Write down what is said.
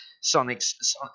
Sonic's